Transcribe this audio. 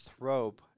Thrope